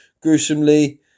gruesomely